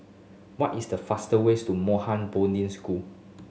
what is the fastest way to Mohan Bodhin School